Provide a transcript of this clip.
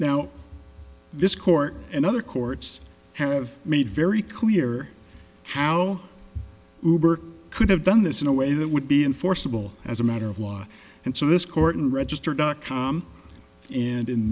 now this court and other courts have made very clear how could have done this in a way that would be enforceable as a matter of law and so this court unregister dot com and